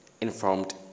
informed